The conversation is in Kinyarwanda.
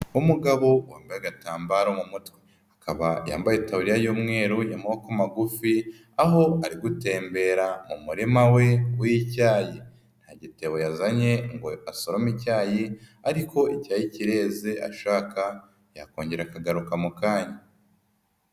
Umugabo wa agatambaro mu mutwe akaba yambaye itaburiya y'umweru y'amaboko magufi aho ari gutembera mu murima we w'icyayi, nta gitebo yazanye ngo asorome icyayi ariko icyari kirenze ashaka yakongera akagaruka mukanya.